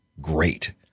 great